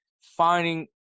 finding